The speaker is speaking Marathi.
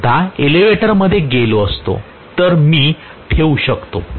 मीसुद्धा एलिव्हेटर मध्ये गेलो असतो तर मी ठेऊ शकतो